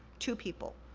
two people.